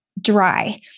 dry